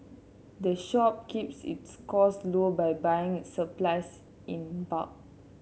the shop keeps its costs low by buying supplies in bulk